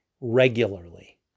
regularly